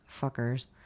fuckers